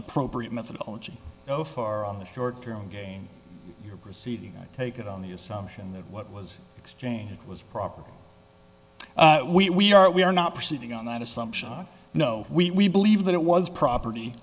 appropriate methodology so far on the short term gain you're proceeding take it on the assumption that what was exchanged was proper we are we are not proceeding on that assumption no we believe that it was property